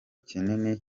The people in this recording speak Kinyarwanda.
kinini